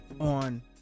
on